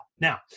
Now